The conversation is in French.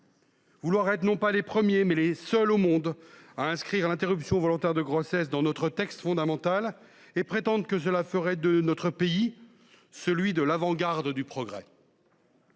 partielle, de la loi Veil ; être les seuls au monde à inscrire l’interruption volontaire de grossesse dans notre texte fondamental, et prétendre que cela ferait de notre pays l’avant garde du progrès…